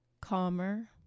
calmer